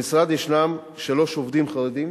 במשרד ישנם שלושה עובדים חרדים